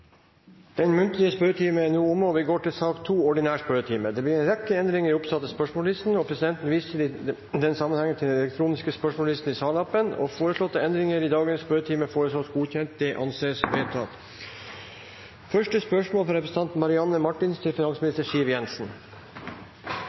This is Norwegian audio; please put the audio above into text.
Den muntlige spørretimen er omme. Det blir en rekke endringer i den oppsatte spørsmålslisten, og presidenten viser i den sammenheng til den elektroniske spørsmålslisten i salappen. De foreslåtte endringene i dagens spørretime foreslås godkjent. – Det anses vedtatt. Endringene var som følger: Spørsmål 6, fra representanten Øystein Langholm Hansen til